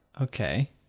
Okay